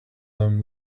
them